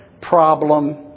problem